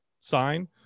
sign